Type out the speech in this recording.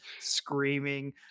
screaming